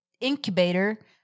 incubator